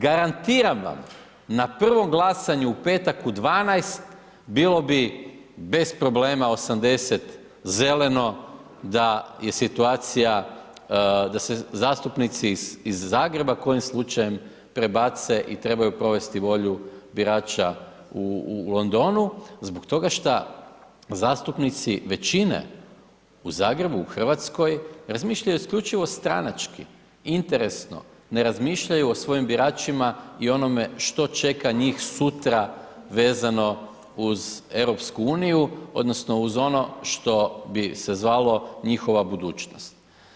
Garantiram vam na prvom glasanju u petak u 12 bilo bi bez problema 80 zeleno da je situacija, da se zastupnici iz Zagreba kojim slučajem prebace i trebaju provesti volju birača u Londonu zbog toga šta zastupnici većine u Zagrebu u Hrvatskoj razmišljaju isključivo stranački, interesno, ne razmišljaju o svojim biračima i onome što čeka njih sutra vezano uz EU odnosno uz ono što bi se zvalo njihova budućnost.